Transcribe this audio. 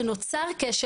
שנוצר קשר,